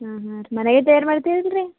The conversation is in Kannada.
ಹಾಂ ಹಾಂ ಮನೆಯಾಗೇ ತಯಾರು ಮಾಡ್ತೀರಾ ಅಲ್ಲರಿ